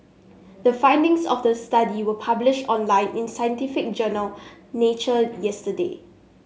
the findings of the study were published online in scientific journal Nature yesterday